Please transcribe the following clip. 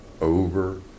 over